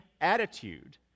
attitude